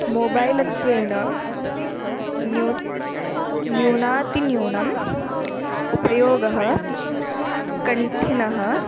मोबैलत्वेन न्यू न्यूनातिन्यूनम् उपयोगः कठिनः